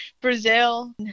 Brazil